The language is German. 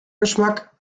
geschmack